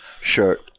shirt